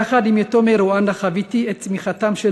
יחד עם יתומי רואנדה חוויתי את צמיחתם של